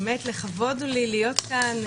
לכבוד הוא לי להיות כאן